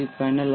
we panel